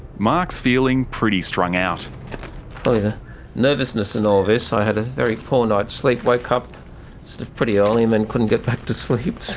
mark's feeling pretty strung out. probably the nervousness in all this i had a very poor night's sleep, woke up sort of pretty early and then couldn't get back to sleep. the